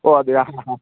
ഓ അതെയോ ആഹാ